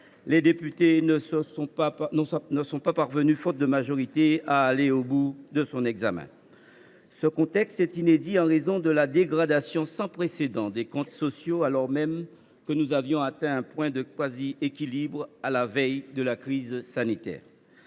les députés ne sont pas parvenus, faute de majorité, à aller au bout de cet examen. Il est inédit aussi en raison de la dégradation sans précédent des comptes sociaux, alors même que nous avions atteint un point de quasi équilibre à la veille de la crise sanitaire.